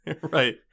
right